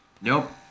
Nope